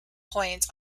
point